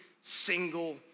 single